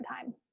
time